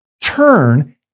turn